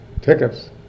tickets